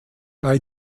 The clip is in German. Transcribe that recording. bei